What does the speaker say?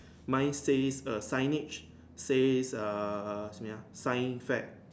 mine says a signage says err simi ah sign fair